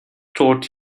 taught